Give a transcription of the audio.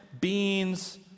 beans